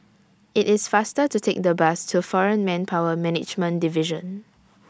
IT IS faster to Take The Bus to Foreign Manpower Management Division